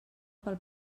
pel